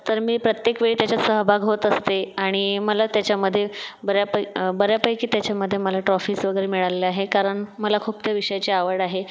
तर मी प्रत्येक वेळी त्याच्यात सहभाग होत असते आणि मला त्याच्यामध्ये बऱ्यापै बऱ्यापैकी त्याच्यामध्ये मला ट्रॉफीज वगैरे मिळालेले आहे कारण मला खूप त्या विषयाची आवड आहे